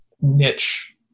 niche